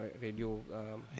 radio